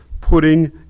putting